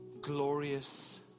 glorious